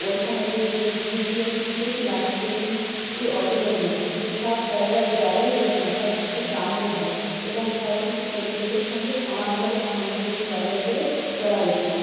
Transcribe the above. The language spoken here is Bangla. ওইখানে যেয়ে সে জিনিসগুলি আমি শিখেছিলাম সেগুলি ই অতুলনীয় যে সব জায়গা গেলেই হলো না সব কিছু জানতে হয় এবং সব কিছু পরিবেশের সঙ্গে সমানভাবে সামঞ্জস্য বজায় করে চলা উচিত